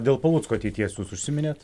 dėl palucko ateities jūs užsiminėt